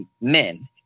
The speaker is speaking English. men